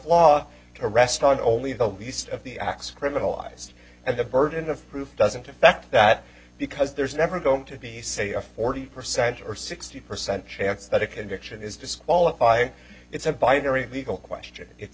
law to rest on only the least of the acts criminalized and the burden of proof doesn't affect that because there's never going to be say a forty percent or sixty percent chance that a conviction is disqualify it's a binary legal question it's